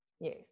yes